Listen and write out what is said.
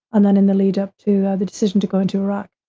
and then in the lead up to the decision to go into iraq.